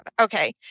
Okay